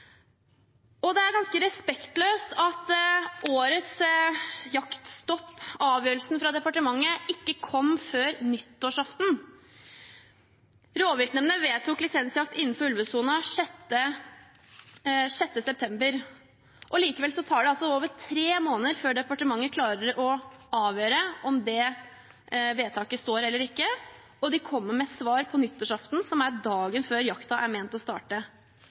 Det er også ganske respektløst at avgjørelsen fra departementet om årets jaktstopp ikke kom før nyttårsaften. Rovviltnemndene vedtok lisensjakt innenfor ulvesonen den 6. september. Likevel tar det altså over tre måneder før departementet klarer å avgjøre om det vedtaket står eller ikke, og de kommer med svar på nyttårsaften, som er dagen før jakten er ment å starte.